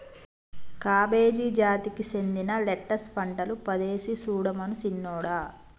cabbage జాతికి సెందిన lettuce పంటలు పదేసి సుడమను సిన్నోడా